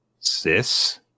sis